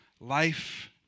Life